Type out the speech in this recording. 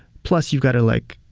plus you've got to like,